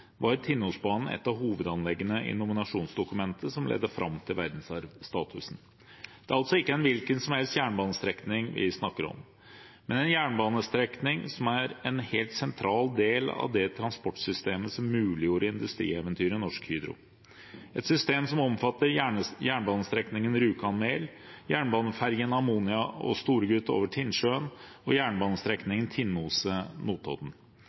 var Tinnosbanen et av hovedanleggene i nominasjonsdokumentet som ledet fram til verdensarvstatusen. Det er altså ikke en hvilken som helst jernbanestrekning vi snakker om, men en jernbanestrekning som er en helt sentral del av det transportsystemet som muliggjorde industrieventyret Norsk Hydro, et system som omfatter jernbanestrekningen Rjukan–Mæl, jernbanefergene Ammonia og Storegut over Tinnsjøen og jernbanestrekningen Tinnoset–Notodden, et system som, sammen med industrianleggene på Rjukan og Notodden,